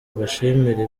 mbashimire